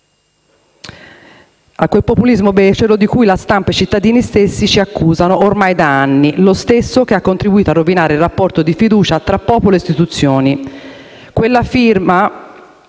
a quel populismo becero di cui la stampa e i cittadini stessi ci accusano ormai da anni; lo stesso che ha contribuito a rovinare il rapporto di fiducia tra popolo e istituzioni.